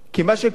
כי מה שקורה,